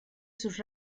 sus